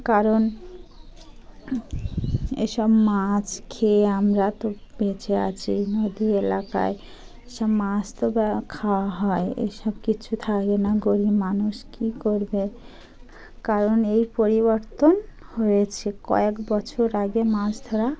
কারণ এসব মাছ খেয়ে আমরা তো বেঁচে আছি নদী এলাকায় এসব মাছ তো খাওয়া হয় এসব কিছু থাকে না গরিব মানুষ কী করবে কারণ এই পরিবর্তন হয়েছে কয়েক বছর আগে মাছ ধরা